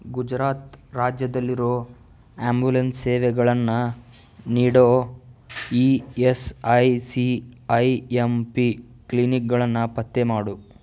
ಗುಜರಾತ್ ರಾಜ್ಯದಲ್ಲಿರೋ ಆಂಬ್ಯುಲೆನ್ಸ್ ಸೇವೆಗಳನ್ನು ನೀಡೋ E S I C I M P ಕ್ಲಿನಿಕ್ಗಳನ್ನು ಪತ್ತೆ ಮಾಡು